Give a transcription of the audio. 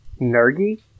Nergi